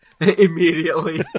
Immediately